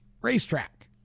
racetrack